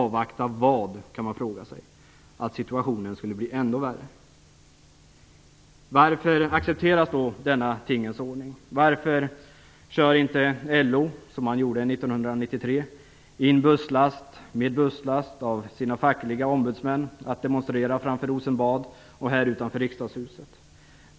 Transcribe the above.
Avvakta vad, kan man fråga sig. Att situationen skulle bli ännu värre? Varför då acceptera denna tingens ordning? Varför kör inte LO - som man gjorde 1993 - hit busslast efter busslast med fackliga ombudsmän för att demonstrera framför Rosenbad och utanför Riksdagshuset?